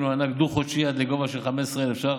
למענק דו-חודשי עד לגובה של 15,000 ש"ח,